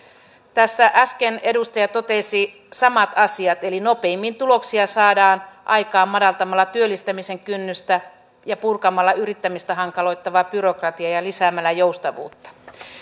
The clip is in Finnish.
tässä äsken edustaja totesi samat asiat eli nopeimmin tuloksia saadaan aikaan madaltamalla työllistämisen kynnystä ja purkamalla yrittämistä hankaloittavaa byrokratiaa ja lisäämällä joustavuutta